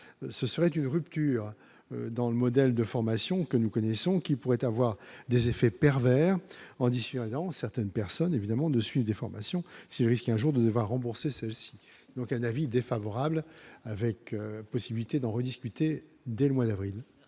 ce serait une rupture dans le modèle de formation que nous connaissons, qui pourrait avoir des effets pervers en additionnant certaines personnes évidemment ne suivent des formations, c'est qui, un jour devoir rembourser celle-ci donc un avis défavorable, avec possibilité d'en rediscuter dès le mois d'avril.